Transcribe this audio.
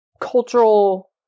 cultural